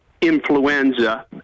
influenza